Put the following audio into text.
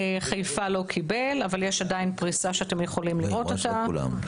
אזור חיפה לא קיבל אבל יש עדיין פריסה שאתם יכולים לראות אותה.